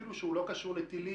גם אם הוא לא קשור לטילים,